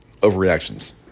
overreactions